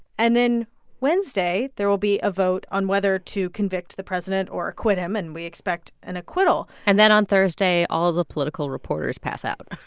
and then wednesday, there will be a vote on whether to convict the president or acquit him. and we expect an acquittal and then on thursday, all of the political reporters pass out